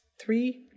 Three